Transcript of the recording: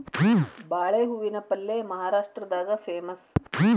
ಬಾಳೆ ಹೂವಿನ ಪಲ್ಯೆ ಮಹಾರಾಷ್ಟ್ರದಾಗ ಪೇಮಸ್